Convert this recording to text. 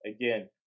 again